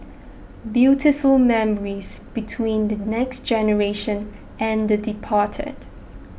beautiful memories between the next generation and the departed